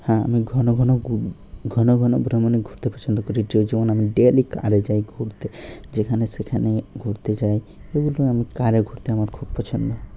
হ্যাঁ আমি ঘন ঘন ঘন ঘন ভ্রমণে ঘুরতে পছন্দ করি যেমন আমি ডেলি কারে যাই ঘুরতে যেখানে সেখানে ঘুরতে যাই এগুলো আমি কারে ঘুরতে আমার খুব পছন্দ